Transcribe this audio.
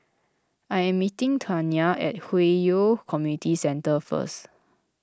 I am meeting Tawnya at Hwi Yoh Community Centre first